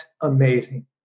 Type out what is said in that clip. amazing